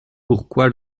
pourquoi